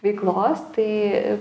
veiklos tai